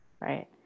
right